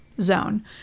zone